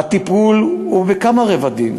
הטיפול הוא בכמה רבדים.